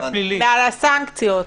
ועל הסנקציות.